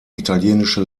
italienische